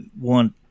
want